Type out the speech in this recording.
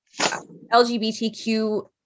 LGBTQ